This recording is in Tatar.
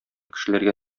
кешеләргә